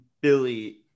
Billy –